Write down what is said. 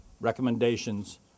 recommendations